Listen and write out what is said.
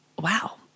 wow